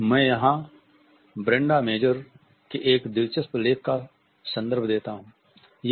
मैं यहाँ Brenda Major के एक दिलचस्प लेख का संदर्भ देता हूं